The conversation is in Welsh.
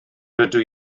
rydw